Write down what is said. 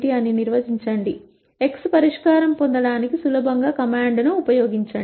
అని నిర్వచించండి x పరిష్కారం పొందడానికి సులభంగా కమాండ్ ను ఉపయోగించండి